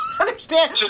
understand